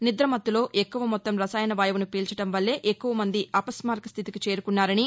నిద్రమత్తులో ఎక్కువ మొత్తం రసాయన వాయువును పీల్చడం వల్లే ఎక్కువ మంది అపస్మారక స్లితికి చేరారని